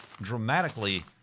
dramatically